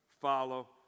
follow